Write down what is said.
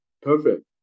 perfect